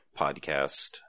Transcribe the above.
podcast